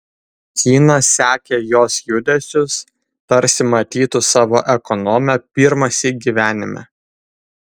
kynas sekė jos judesius tarsi matytų savo ekonomę pirmąsyk gyvenime